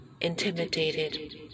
intimidated